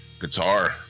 Guitar